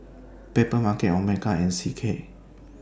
Papermarket Omega and C K